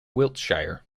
wiltshire